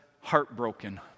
heartbroken